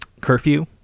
curfew